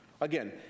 Again